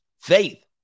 Faith